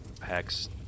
hex